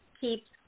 keeps